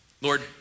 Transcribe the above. Lord